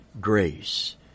grace